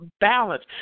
balance